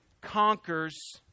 conquers